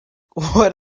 what